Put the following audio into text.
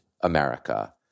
America